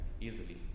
easily